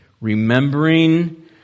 remembering